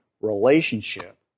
relationship